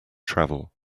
travel